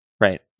Right